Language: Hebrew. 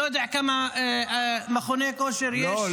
אני לא יודע כמה מכוני כושר יש --- לא,